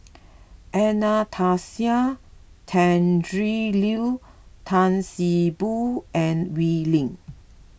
Anastasia Tjendri Liew Tan See Boo and Wee Lin